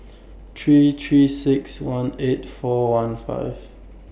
three three six one eight four one five